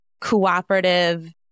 cooperative